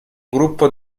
gruppo